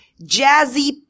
jazzy